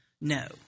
no